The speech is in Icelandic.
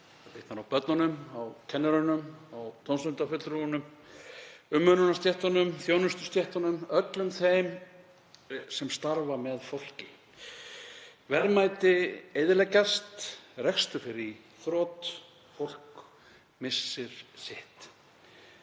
Það bitnar á börnunum, á kennurunum, á tómstundafulltrúunum, umönnunarstéttunum, þjónustustéttunum, öllum þeim sem starfa með fólki. Verðmæti eyðileggjast, rekstur fer í þrot, fólk missir sitt.